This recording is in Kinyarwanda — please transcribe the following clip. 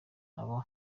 nabo